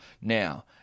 Now